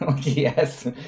Yes